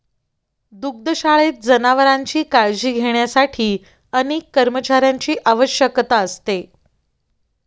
दुग्धशाळेत जनावरांची काळजी घेण्यासाठी अनेक कर्मचाऱ्यांची आवश्यकता असते